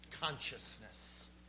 consciousness